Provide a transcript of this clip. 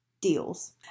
deals